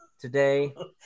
Today